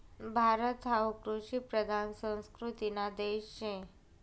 भारत हावू कृषिप्रधान संस्कृतीना देश शे